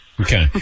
Okay